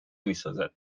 میسازد